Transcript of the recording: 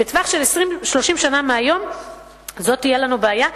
בטווח של 20 30 שנה מהיום תהיה לנו בעיה.